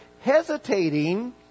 hesitating